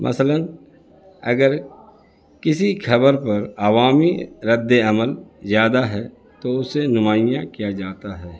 مثلاً اگر کسی خبر پر عوامی رد عمل زیادہ ہے تو اسے نمایاں کیا جاتا ہے